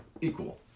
Equal